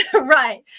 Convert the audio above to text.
Right